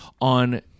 on